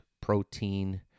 protein